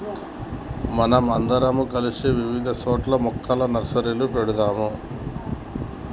మనం అందరం కలిసి ఇవిధ సోట్ల మొక్కల నర్సరీలు పెడదాము